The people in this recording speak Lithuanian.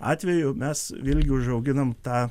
atveju mes vėlgi užauginam tą